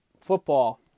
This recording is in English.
football